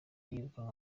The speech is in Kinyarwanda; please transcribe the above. yirukanwa